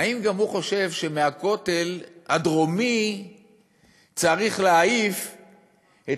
אם גם הוא חושב שמהכותל הדרומי צריך להעיף את